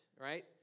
right